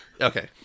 Okay